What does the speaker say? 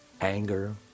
Anger